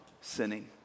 sinning